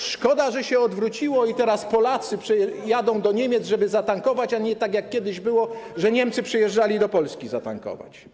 Uhm, szkoda, że się odwróciło i teraz Polacy jadą do Niemiec, żeby zatankować, a nie tak, jak było kiedyś, że Niemcy przyjeżdżali do Polski zatankować.